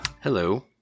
Hello